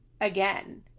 again